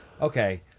okay